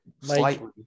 slightly